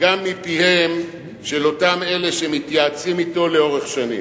גם מפיהם של אותם אלה שמתייעצים אתו לאורך שנים.